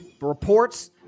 reports